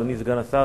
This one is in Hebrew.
אדוני סגן השר,